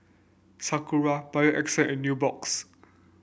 Sakura Bio Essence and Nubox